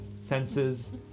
senses